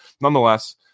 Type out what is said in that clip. nonetheless